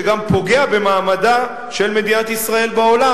שקר שגם פוגע במעמדה של מדינת ישראל בעולם,